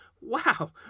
Wow